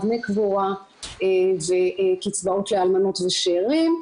דמי קבורה וקצבאות לאלמנות ושארים,